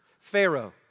Pharaoh